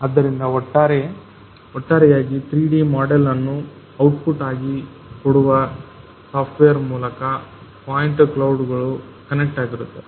ಆದ್ದರಿಂದ ಒಟ್ಟಾರೆಯಾಗಿ 3D model ಅನ್ನು ಔಟ್ ಪುಟ್ ಆಗಿ ಕೊಡುವ ಸಾಫ್ಟ್ವೇರ್ ಮೂಲಕ ಪಾಯಿಂಟ್ ಕ್ಲೌಡ್ಗಳು ಕನೆಕ್ಟ್ ಆಗಿರುತ್ತವೆ